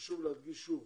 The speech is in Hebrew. חשוב להדגיש שוב,